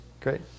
great